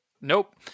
Nope